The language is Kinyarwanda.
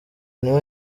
niho